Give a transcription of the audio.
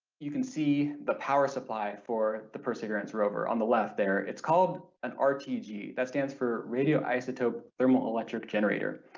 you can see the power supply for the perseverance rover on the left there, it's called an um rtg that stands for radioisotope thermal electric generator,